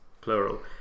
plural